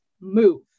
move